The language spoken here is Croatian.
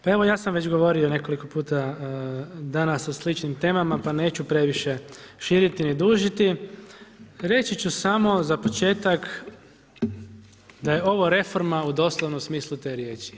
Pa evo ja sam već govorio nekoliko puta danas o sličnim temama pa neću previše širiti ni dužiti, reći ću samo za početak da je ovo reforma u doslovnom smislu te riječi.